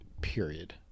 period